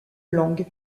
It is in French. langue